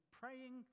praying